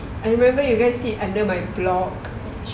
I remember you guys sit under my block